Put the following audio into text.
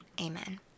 amen